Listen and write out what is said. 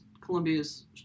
Columbia's